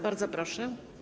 Bardzo proszę.